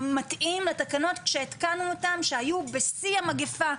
מתאים לתקנות שהתקנו אותן, שהיו בשיא המגיפה.